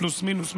פלוס מינוס,